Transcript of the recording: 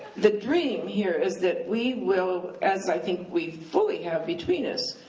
the dream here is that we will, as i think we fully have between us,